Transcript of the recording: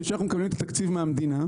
שאנחנו מקבלים את התקציב מהמדינה,